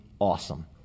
awesome